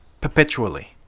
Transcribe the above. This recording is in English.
perpetually